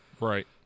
right